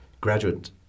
graduate